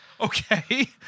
Okay